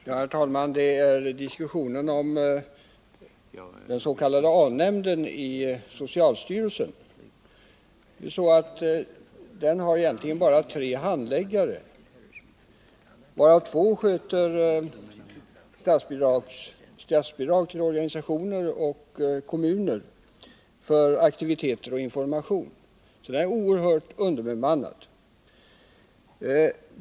Herr talman! Jag vill ta upp diskussionen om den s.k. A-nämnden inom socialstyrelsen. Den har egentligen bara tre handläggare, varav två sköter statsbidrag till organisationer och kommuner för aktiviteter och information. Den är alltså oerhört underbemannad.